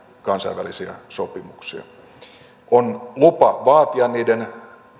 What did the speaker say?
kansainvälisiä sopimuksia on lupa vaatia niiden